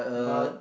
but